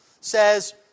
says